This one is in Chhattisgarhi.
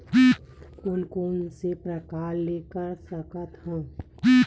कोन कोन से प्रकार ले कर सकत हन?